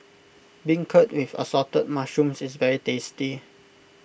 Beancurd with Assorted Mushrooms is very tasty